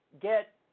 get